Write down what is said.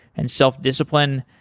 and self-discipline.